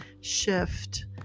shift